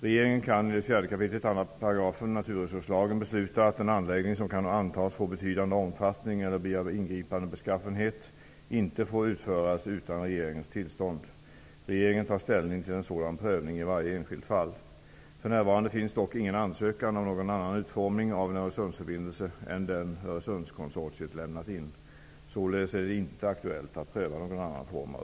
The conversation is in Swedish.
Regeringen kan enligt 4 kap. 2 § naturresurslagen besluta att en anläggning som kan antas få betydande omfattning eller bli av ingripande beskaffenhet inte får utföras utan regeringens tillstånd. Regeringen tar ställning till en sådan prövning i varje enskilt fall. För närvarande finns dock ingen ansökan om någon annan utformning av en Öresundsförbindelse än den Öresundskonsortiet lämnat in. Således är det inte aktuellt att pröva någon annan form av